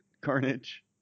carnage